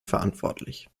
verantwortlich